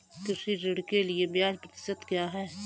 कृषि ऋण के लिए ब्याज प्रतिशत क्या है?